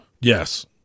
yes